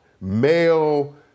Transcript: male